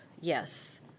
yes